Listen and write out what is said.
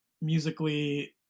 musically